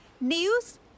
news